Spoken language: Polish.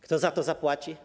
Kto za to zapłaci?